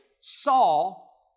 Saul